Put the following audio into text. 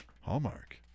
Hallmark